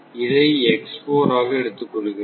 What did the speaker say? இதை ஆக எடுத்துக் கொள்கிறோம்